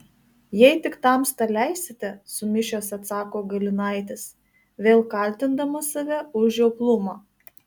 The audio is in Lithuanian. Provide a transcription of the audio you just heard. jei tik tamsta leisite sumišęs atsako galinaitis vėl kaltindamas save už žioplumą